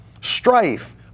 Strife